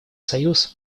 союз